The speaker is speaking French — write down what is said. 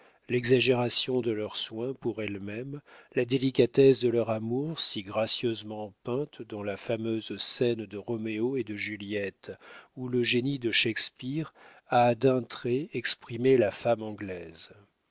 l'exagération de leurs soins pour elles-mêmes la délicatesse de leur amour si gracieusement peinte dans la fameuse scène de roméo et de juliette où le génie de shakspeare a d'un trait exprimé la femme anglaise